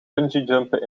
bungeejumpen